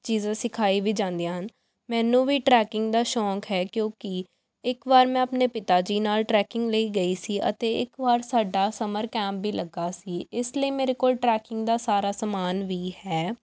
ਚੀਜ਼ਾਂ ਸਿਖਾਈ ਵੀ ਜਾਂਦੀਆਂ ਹਨ ਮੈਨੂੰ ਵੀ ਟਰੈਕਿੰਗ ਦਾ ਸ਼ੌਂਕ ਹੈ ਕਿ ਉਹ ਕੀ ਇੱਕ ਵਾਰ ਮੈਂ ਆਪਣੇ ਪਿਤਾ ਜੀ ਨਾਲ ਟਰੈਕਿੰਗ ਲਈ ਗਈ ਸੀ ਅਤੇ ਇੱਕ ਵਾਰ ਸਾਡਾ ਸਮਰ ਕੈਂਪ ਵੀ ਲੱਗਿਆ ਸੀ ਇਸ ਲਈ ਮੇਰੇ ਕੋਲ ਟਰੈਕਿੰਗ ਦਾ ਸਾਰਾ ਸਮਾਨ ਵੀ ਹੈ